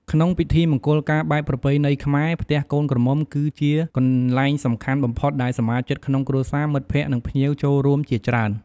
ក្នុងពិធីមង្គលការបែបប្រពៃណីខ្មែរ ផ្ទះកូនក្រមុំ គឺជាកន្លែងសំខាន់បំផុតដែលសមាជិកក្នុងគ្រួសារ មិត្តភក្តិ និងភ្ញៀវចូលរួមជាច្រើន។